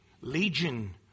Legion